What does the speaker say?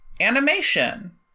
animation